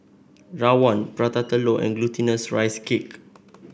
Rawon Prata Telur and Glutinous Rice Cake